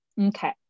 Okay